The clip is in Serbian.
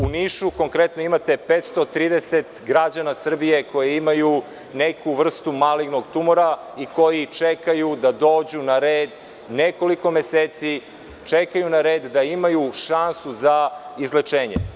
U Nišu konkretno ima 530 građana Srbije koji imaju neku vrstu malignog tumora i koji čekaju da dođu na red nekoliko meseci, čekaju na red da imaju šansu za izlečenje.